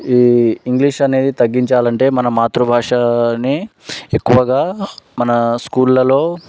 ఈ ఇంగ్లీష్ అనేది తగ్గించాలంటే మన మాతృభాషని ఎక్కువగా మన స్కూళ్ళలో